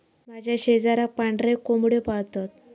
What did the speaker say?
माझ्या शेजाराक पांढरे कोंबड्यो पाळतत